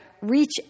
reach